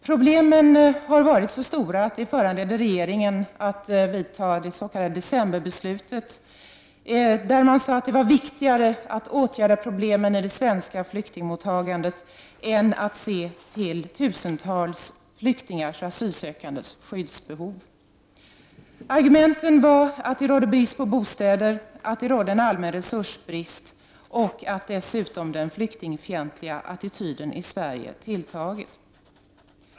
Problemen har varit så stora att regeringen fattade det s.k. decemberbeslutet. Enligt detta är det viktigare att åtgärda problemen med det svenska flyktingmottagandet än att se till tusentals flyktingars och asylsökandes skyddsbehov. Argumenten är att det råder brist på bostäder, att det råder en allmän resursbrist och att den flyktingfientliga attityden i Sverige har tilltagit.